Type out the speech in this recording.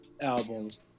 albums